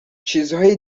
چیزهای